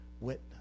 witness